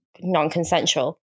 non-consensual